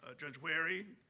ah judge wherry,